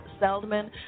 Seldman